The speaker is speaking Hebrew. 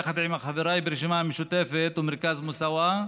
יחד עם חבריי ברשימה המשותפת ומרכז מוסאוא,